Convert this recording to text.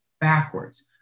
backwards